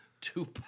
Two